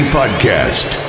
podcast